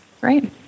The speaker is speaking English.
Great